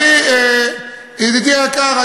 ידידי היקר,